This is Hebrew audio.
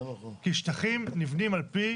כי שטחים נבנים על פי